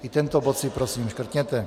I ten bod si prosím škrtněte.